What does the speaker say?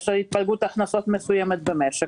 יש התפלגות הכנסות מסוימת במשק.